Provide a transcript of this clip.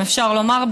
אם אפשר לומר,